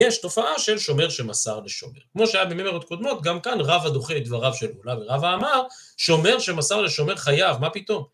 יש תופעה של שומר שמסר לשומר. כמו שהיה במימרות קודמות, גם כאן רב הדוחה את דבריו של עולא ורבה אמר, שומר שמסר לשומר חייב, מה פתאום.